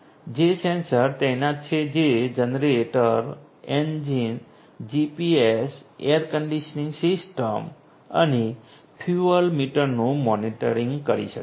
જે સેન્સર તૈનાત છે તે generator engine GPS air conditioning system અને ફ્યુઅલ મીટરનું મોનિટર કરી શકે છે